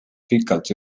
pikalt